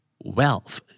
Wealth